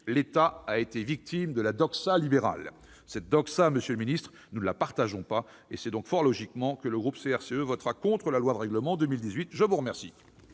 L'État a été victime de la doxa libérale ». Cette doxa, messieurs les ministres, nous ne la partageons pas, et c'est donc fort logiquement que le groupe CRCE votera contre le projet de loi de règlement 2018. La parole